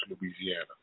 Louisiana